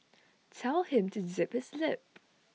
tell him to zip his lip